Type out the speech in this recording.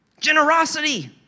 Generosity